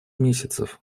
месяцев